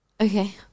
Okay